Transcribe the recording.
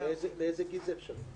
מאיזה גיל זה אפשרי?